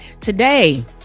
Today